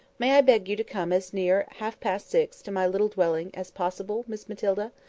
may i beg you to come as near half-past six to my little dwelling, as possible, miss matilda?